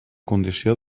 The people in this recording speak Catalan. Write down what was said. condició